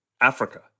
Africa